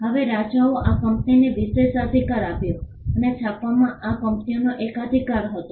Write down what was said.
હવે રાજાએ આ કંપનીને વિશેષાધિકાર આપ્યો અને છાપવામાં આ કંપનીનો એકાધિકાર હતો